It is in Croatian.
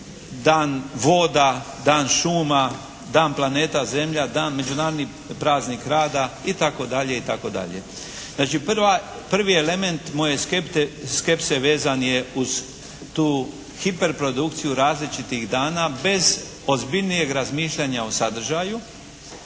dan voda, dan šuma, dan planeta zemlja, dan, Međunarodni praznik rada i tako dalje i tako dalje. Znači prva, prvi element moje skepse vezan je uz tu hiperprodukciju različitih dana bez ozbiljnijeg razmišljanja o sadržaju.